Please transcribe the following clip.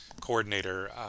coordinator